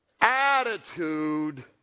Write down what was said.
attitude